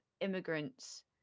immigrants